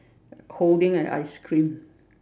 holding an ice cream